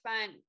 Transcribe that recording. fun